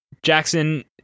Jackson